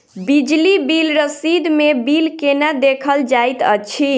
बिजली बिल रसीद मे बिल केना देखल जाइत अछि?